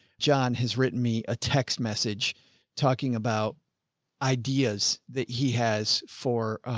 john has written me a text message talking about ideas that he has for, ah,